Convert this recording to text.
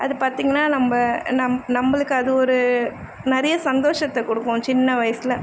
அது பார்த்தீங்கன்னா நம்ம நம் நம்மளுக்கு அது ஒரு நிறைய சந்தோஷத்தை கொடுக்கும் சின்ன வயசில்